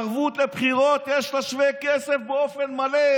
ערבות לבחירות, יש לה שווה כסף באופן מלא.